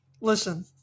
Listen